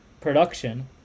production